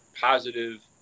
positive